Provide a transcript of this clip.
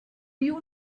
you